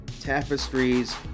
tapestries